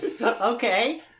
Okay